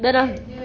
then ah